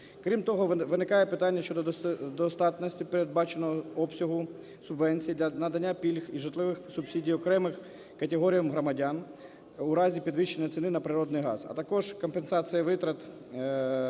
Крім того, виникає питання щодо достатності передбаченого обсягу субвенцій для надання пільг і житлових субсидій окремим категоріям громадян у разі підвищення ціни на природний газ. А також компенсація витрат....